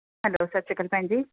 hello ਸਤਿ ਸ਼੍ਰੀ ਅਕਾਲ ਭੈਣ ਜੀ